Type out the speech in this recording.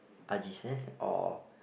Ajisen or